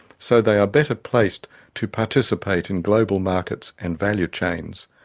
so they are better placed to participate in global markets and value chains.